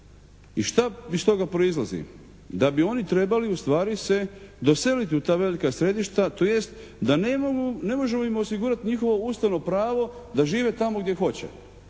i šta iz toga proizlazi? Da bi oni trebali ustvari se doseliti u ta velika središta, tj. da ne možemo im osigurati njihovo Ustavno pravo da žive tamo gdje hoće